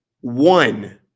One